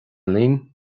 linn